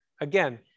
Again